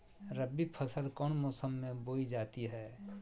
रबी फसल कौन मौसम में बोई जाती है?